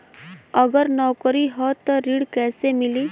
अगर नौकरी ह त ऋण कैसे मिली?